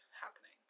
happening